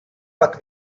pak